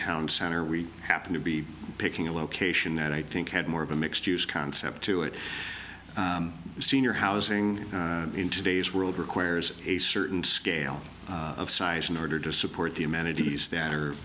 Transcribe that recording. town center we happen to be picking a location that i think had more of a mixed use concept to it senior housing in today's world requires a certain scale of size in order to support the amenities that are